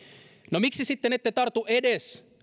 no miksi sitten ette tartu edes